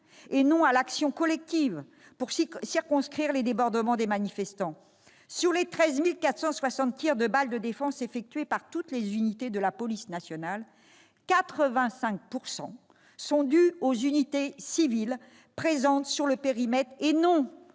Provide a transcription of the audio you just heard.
non à l'action collective pour circonscrire les débordements de manifestants. Sur les 13 460 tirs de balles de défense effectués par toutes les unités de la police nationale, 85 % sont dus aux unités civiles présentes sur le périmètre, non